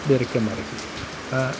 बे रोखोम आरो